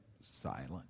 silent